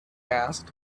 asked